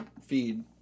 feed